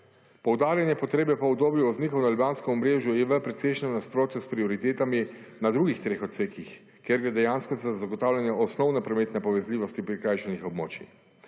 Poudarjanje potrebe po obdobju voznikov na ljubljanskem omrežju je v precejšnem nasprotju s prioritetami na drugih treh odsekih, kjer gre dejansko za zagotavljanje osnovne prometne povezljivosti prikrajšanih območij.